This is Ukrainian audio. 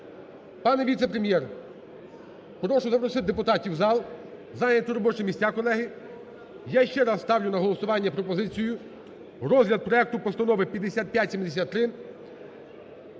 пане віце-прем’єр. Прошу запросити депутатів в зал, зайняти робочі місця, колеги. Я ще раз ставлю на голосування пропозицію, розгляд проекту Постанови 5573